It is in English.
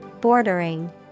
Bordering